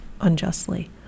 unjustly